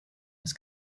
was